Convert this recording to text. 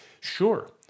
sure